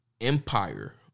Empire